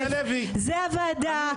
זה הוועדה,